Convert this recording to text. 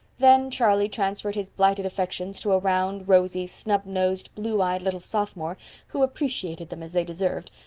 then charlie transferred his blighted affections to a round, rosy, snub-nosed, blue-eyed, little sophomore who appreciated them as they deserved,